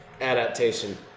adaptation